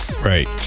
Right